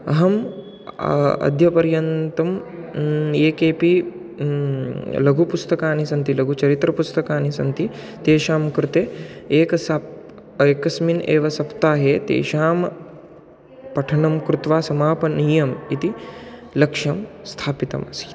अहम् अद्यपर्यन्तं ये केपि लघुपुस्तकानि सन्ति लघुचरित्रपुस्तकानि सन्ति तेषां कृते एक साप् एकस्मिन् एव सप्ताहे तेषां पठनं कृत्वा समापनीयम् इति लक्ष्यं स्थापितमासीत्